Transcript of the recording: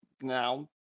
now